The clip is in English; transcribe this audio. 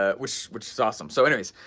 ah which which is awesome, so anyways,